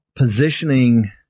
Positioning